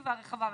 פרספקטיבה רחבה.